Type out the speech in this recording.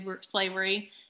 slavery